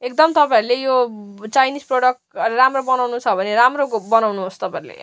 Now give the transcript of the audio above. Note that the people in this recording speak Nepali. एकदम तपाईँहरूले यो चाइनिस प्रडक्ट राम्रो बनाउँनु छ भने राम्रो बनाउँनुहोस् तपाईँहरूले